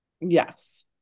Yes